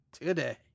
today